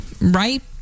right